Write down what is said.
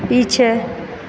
पीछे